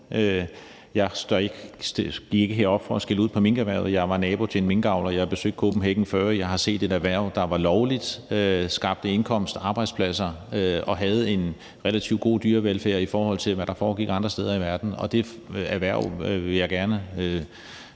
Jeg gik ikke herop for at skælde ud på minkerhvervet. Jeg var nabo til en minkavler; jeg har besøgt Kopenhagen Fur; jeg har set et erhverv, der var lovligt og skabte indkomst, arbejdspladser og havde en relativt god dyrevelfærd, i forhold til hvad der foregik andre steder i verden. Jeg vil gerne